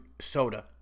soda